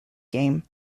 game